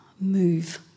Move